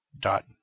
Dot